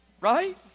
right